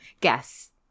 Guess